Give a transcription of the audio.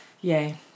Yay